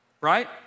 right